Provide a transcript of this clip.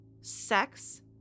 sex